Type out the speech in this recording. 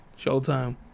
Showtime